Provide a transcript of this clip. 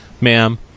ma'am